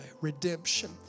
redemption